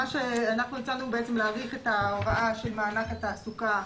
אנחנו הצענו להאריך את ההוראה של חוק מענק התעסוקה,